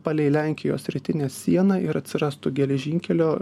palei lenkijos rytinę sieną ir atsirastų geležinkelio